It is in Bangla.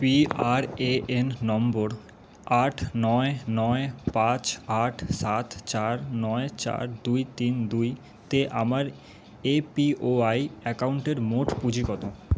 পি আর এ এন নম্বর আট নয় নয় পাঁচ আট সাত চার নয় চার দুই তিন দুই তে আমার এ পি ওয়াই অ্যাকাউন্টের মোট পুঁজি কত